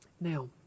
Now